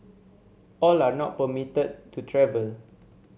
all are not permitted to travel